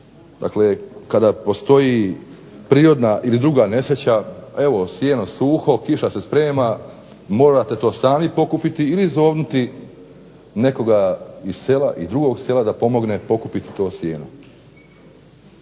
pitam kada postoji prirodna ili druga nesreća, evo sijeno suho, kiša se sprema, morate to sami pokupiti ili zovnuti nekoga iz sela ili drugog sela da pomogne pokupiti to sijeno.